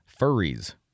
Furries